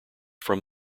from